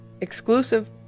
exclusive